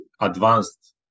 advanced